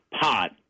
pot